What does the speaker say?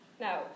Now